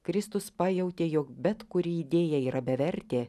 kristus pajautė jog bet kuri idėja yra bevertė